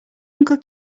uncle